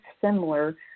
similar